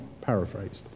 paraphrased